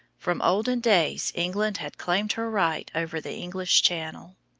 from olden days england had claimed her right over the english channel.